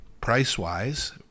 Price-wise